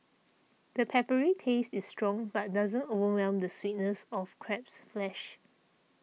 the peppery taste is strong but doesn't overwhelm the sweetness of crab's flesh